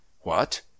What